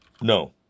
No